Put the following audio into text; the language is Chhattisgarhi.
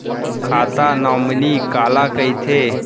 खाता नॉमिनी काला कइथे?